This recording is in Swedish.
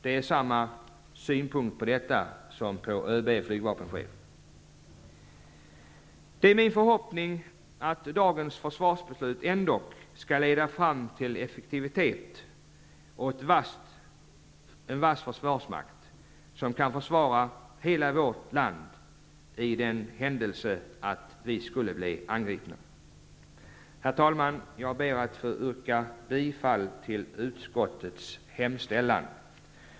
Jag har samma synpunkter på detta som på uttalandena av Det är min förhoppning att dagens försvarsbeslut ändock skall leda fram till effektivitet och en god försvarsmakt som kan försvara hela vårt land i den händelse vi skulle bli angripna. Herr talman! Jag ber att få yrka bifall till utskottets hemställan.